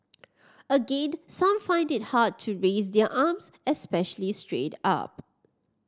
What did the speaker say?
again some find it hard to raise their arms especially straight up